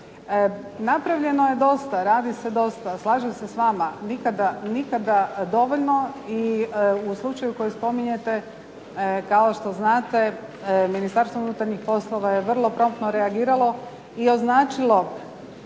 Napravljeno je dosta, radi se dosta, slažem se s vama, nikada dovoljno i u slučaju koji spominjete kao što znate Ministarstvo unutarnjih poslova je vrlo promptno reagiralo i označilo